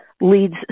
leads